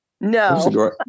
No